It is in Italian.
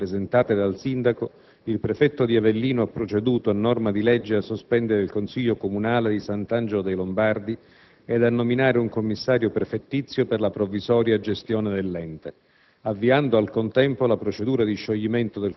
quando, a seguito delle irrevocabili dimissioni presentate dal Sindaco, il prefetto di Avellino ha proceduto a norma di legge a sospendere il Consiglio comunale di Sant'Angelo dei Lombardi ed a nominare un commissario prefettizio per la provvisoria gestione dell'ente,